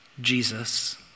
Jesus